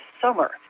summer